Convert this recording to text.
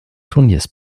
turniers